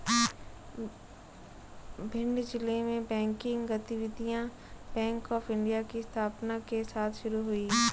भिंड जिले में बैंकिंग गतिविधियां बैंक ऑफ़ इंडिया की स्थापना के साथ शुरू हुई